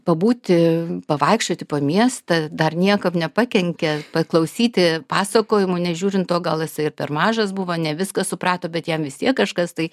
pabūti pavaikščioti po miestą dar niekam nepakenkė paklausyti pasakojimų nežiūrint to gal jisai ir per mažas buvo ne viską suprato bet jam vis tiek kažkas tai